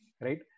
right